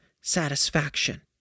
satisfaction